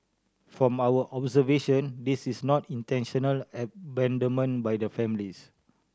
from our observations this is not intentional abandonment by the families